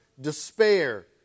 despair